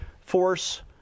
force